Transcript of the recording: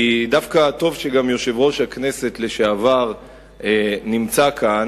כי דווקא טוב שגם יושב-ראש הכנסת לשעבר נמצא כאן.